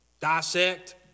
dissect